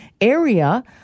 area